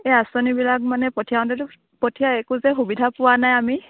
এই আঁচনিবিলাক মানে পঠিয়াওঁতেতো পঠিয়াই একো যে সুবিধা পোৱা নাই আমি